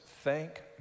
thank